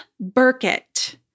Burkett